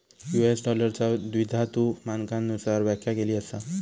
US डॉलरचा द्विधातु मानकांनुसार व्याख्या केली असा